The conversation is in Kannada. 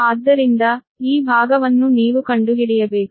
ಆದ್ದರಿಂದ ಈ ಭಾಗವನ್ನು ನೀವು ಕಂಡುಹಿಡಿಯಬೇಕು